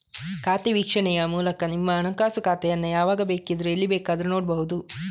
ಖಾತೆ ವೀಕ್ಷಣೆಯ ಮೂಲಕ ನಿಮ್ಮ ಹಣಕಾಸು ಖಾತೆಯನ್ನ ಯಾವಾಗ ಬೇಕಿದ್ರೂ ಎಲ್ಲಿ ಬೇಕಾದ್ರೂ ನೋಡ್ಬಹುದು